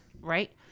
Right